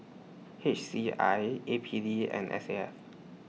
H C I A P D and S A F